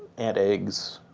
ant eggs,